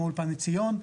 כמו אולפן עציון.